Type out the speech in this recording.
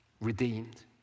redeemed